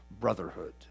brotherhood